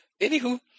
Anywho